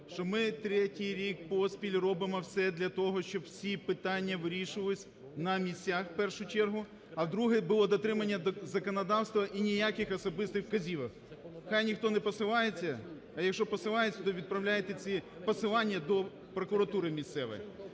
що ми третій рік поспіль робимо все для того, щоб всі питання вирішувались на місцях, в першу чергу. А друге – було дотримання законодавства і ніяких особистих вказівок. Хай ніхто не посилається, а якщо й посилається, то відправляйте ці посилання до прокуратури місцевої.